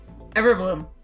Everbloom